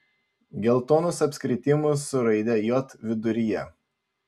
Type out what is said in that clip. geltonus apskritimus su raide j viduryje